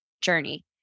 journey